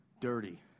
dirty